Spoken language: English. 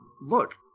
look